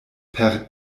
per